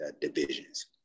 divisions